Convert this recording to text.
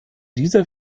dieser